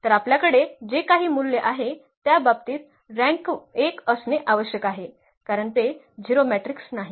तर आपल्याकडे जे काही मूल्य आहे त्या बाबतीत रँक 1 असणे आवश्यक आहे कारण ते 0 मॅट्रिक्स नाही